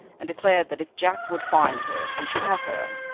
and declared that if jack would find her he should have her.